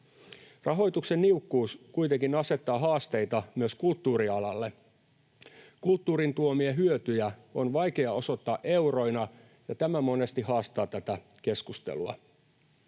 Rahoituksen niukkuus kuitenkin asettaa haasteita myös kulttuurialalle. Kulttuurin tuomia hyötyjä on vaikea osoittaa euroina, ja tämä monesti haastaa tätä keskustelua.